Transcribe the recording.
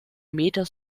meter